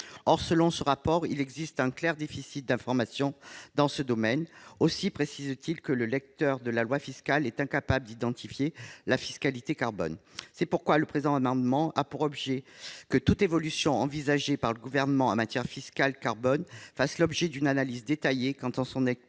Selon ce rapport, il existe clairement un déficit d'information dans ce domaine. Il précise ainsi que « le lecteur de la loi fiscale est incapable d'identifier la fiscalité carbone ». Le présent amendement prévoit donc que toute évolution envisagée par le Gouvernement en matière de fiscalité carbone fasse l'objet d'une analyse détaillée quant à son impact